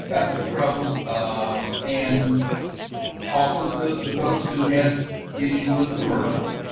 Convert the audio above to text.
and some trouble um and talked with the folks who had issue with commercial,